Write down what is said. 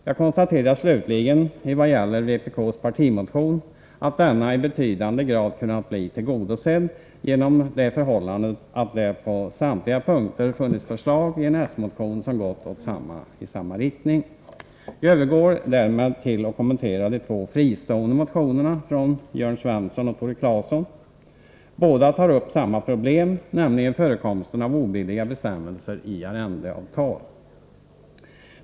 Jag konstaterar slutligen, i vad gäller vpk:s partimotion, att denna i betydande grad har kunnat bli tillgodosedd genom det förhållandet att det på samtliga punkter funnits förslag i en s-motion som gått i samma riktning. Jag övergår därmed till att kommentera de två fristående motionerna från Jörn Svensson och Tore Claeson. Båda tar upp samma problem, nämligen förekomsten av obilliga bestämmelser i arrendeavtal.